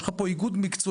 יש לך פה איגוד מקצועי,